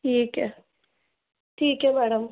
ठीक है ठीक है मैडम